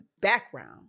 background